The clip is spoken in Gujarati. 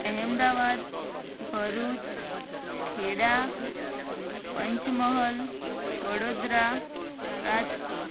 અહેમદાબાદ ભરૂચ ખેડા પંચમહાલ વડોદરા રાજકોટ